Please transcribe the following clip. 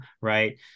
Right